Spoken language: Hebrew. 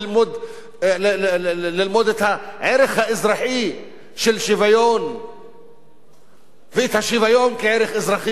ללמוד את הערך האזרחי של שוויון ואת השוויון כערך אזרחי באותו זמן.